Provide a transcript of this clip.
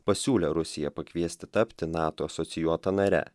pasiūlė rusiją pakviesti tapti nato asocijuota nare